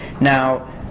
Now